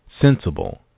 sensible